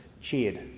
cheered